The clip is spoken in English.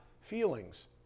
feelings